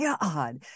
God